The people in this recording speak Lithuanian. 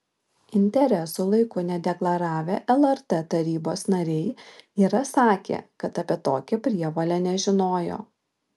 interesų laiku nedeklaravę lrt tarybos nariai yra sakę kad apie tokią prievolę nežinojo